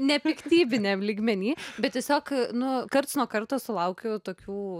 nepiktybiniam lygmeny bet tiesiog nu karts nuo karto sulaukiu tokių